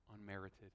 unmerited